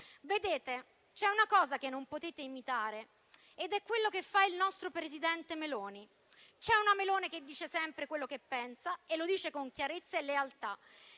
C'è una cosa che non potete imitare ed è quello che fa il nostro presidente Meloni, che dice sempre quello che pensa e lo fa con chiarezza e lealtà: